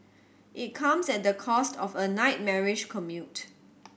it comes at the cost of a nightmarish commute